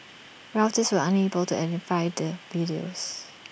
Reuters was unable to verify the videos